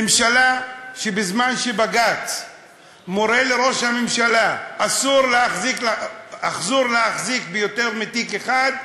ממשלה שבזמן שבג"ץ מורה לראש הממשלה: אסור להחזיק ביותר מתיק אחד,